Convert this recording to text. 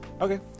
Okay